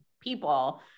people